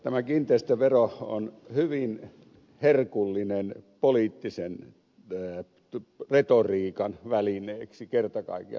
tämä kiinteistövero on hyvin herkullinen poliittisen retoriikan välineeksi kerta kaikkiaan